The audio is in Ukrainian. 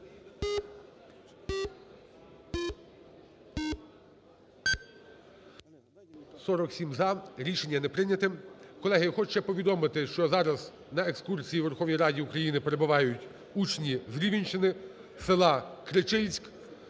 За-47 Рішення не прийнято. Колеги, я хочу ще повідомити, що зараз на екскурсії у Верховній Раді України перебувають учні з Рівненщини, села Кричильськ.